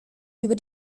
über